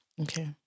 Okay